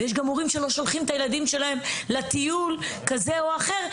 ויש גם הורים שלא שולחים את הילדים שלהם לטיול כזה או אחר,